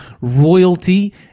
royalty